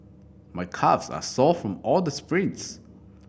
my calves are sore from all the sprints